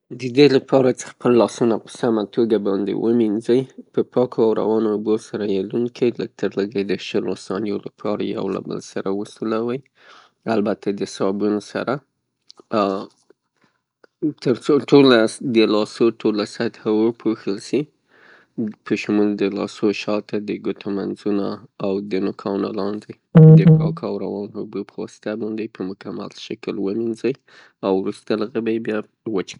د دې د پاره څې خپل لاسونه مو په سمه توګه ومنیځئ، په پاکو او روانو اوبو سره یې لوند کئ، لږ تر لږه یې د شلو سانیو پورې یو له بل سره وسولوئ البته د صابون سره ترڅو ټوله، د لاسو ټوله سطحه وپوښل سي، په شمول د لاسو شاته، د ګوتو منځونه او د نوکانو لاندې د پاکو او روانو اوبو پواسطه باندې په مکمل شکل ومینځئ، او وروسته له هغه به یې وچ.